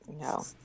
No